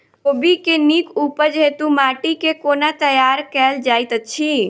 कोबी केँ नीक उपज हेतु माटि केँ कोना तैयार कएल जाइत अछि?